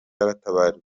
yaratabarutse